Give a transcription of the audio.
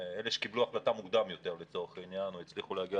אלה שקיבלו החלטה מוקדם יותר או הצליחו להגיע